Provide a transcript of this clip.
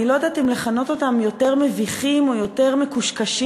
אני לא יודעת אם לכנות אותם יותר מביכים או יותר מקושקשים,